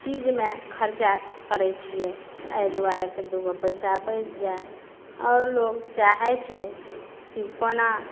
चीजमे खर्चा करैत छियै एहि दुआरे कि दुगो पैसा बचि जाए आओर लोक चाहैत छै कि कोना